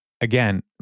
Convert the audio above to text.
again